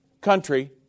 country